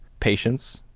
patience,